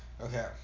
Okay